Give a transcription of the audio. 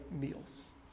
meals